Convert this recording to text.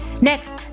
Next